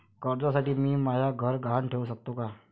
कर्जसाठी मी म्हाय घर गहान ठेवू सकतो का